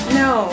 no